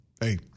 hey